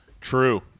True